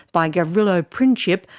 by gavrilo princip,